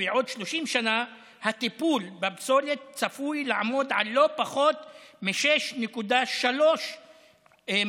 ובעוד 30 שנה הטיפול בפסולת צפוי לעמוד על לא פחות מ-6.3 מיליארד,